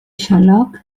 xaloc